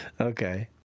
Okay